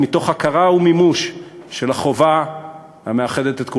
אבל מתוך הכרה ומימוש של החובה המאחדת את כולנו.